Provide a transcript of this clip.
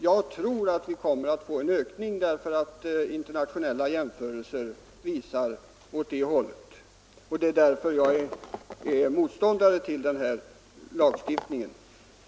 Jag tror att vi kommer att få en ökning av antalet aborter — internationella jämförelser pekar åt det hållet. Det är därför som jag är motståndare till den här lagstiftningen.